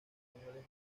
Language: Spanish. españoles